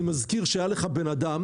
אני מזכיר שהיה לך בן אדם,